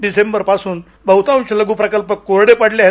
डिसेंबर पासून बहतांश लघु प्रकल्प कोरडे पडले आहेत